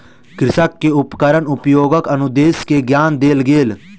कृषक के उपकरण उपयोगक अनुदेश के ज्ञान देल गेल